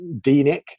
DENIC